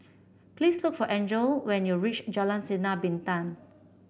please look for Angele when you reach Jalan Sinar Bintang